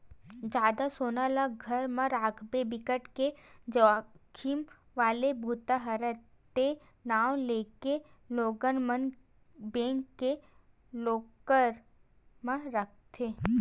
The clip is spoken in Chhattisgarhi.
जादा सोना ल घर म राखना बिकट के जाखिम वाला बूता हरय ते नांव लेके लोगन मन बेंक के लॉकर म राखथे